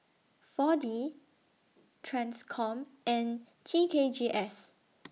four D TRANSCOM and T K G S